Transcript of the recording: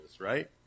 right